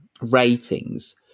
ratings